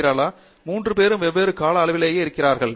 டங்கிராலா மூன்று பேரும் வெவ்வேறு கால அளவிலேயே இருக்கிறார்கள்